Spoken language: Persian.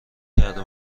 کرده